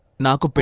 naki. but